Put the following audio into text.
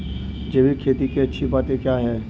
जैविक खेती की अच्छी बातें क्या हैं?